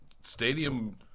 stadium